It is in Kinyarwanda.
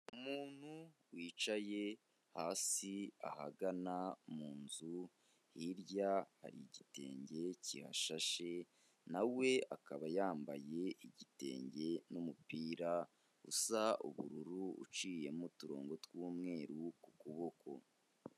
Umuntu wicaye hasi ahagana mu nzu hirya hari igitenge kihashashe, na we akaba yambaye igitenge n'umupira usa ubururu uciyemo uturongo tw'umweru ku kuboko.